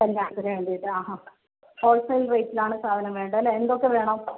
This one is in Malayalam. കല്യാണത്തിന് വേണ്ടിയിട്ട് ഓക്കേ ഹോൾസെയിൽ റേറ്റിനാണ് സാധനങ്ങൾ വേണ്ടത് അല്ലെ എന്തൊക്കെ വേണം